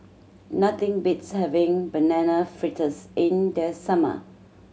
nothing beats having Banana Fritters in the summer